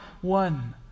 one